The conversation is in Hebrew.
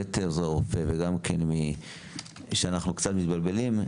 אנחנו קצת מתבלבלים,